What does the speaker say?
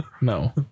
No